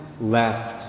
left